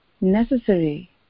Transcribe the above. necessary